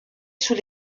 sous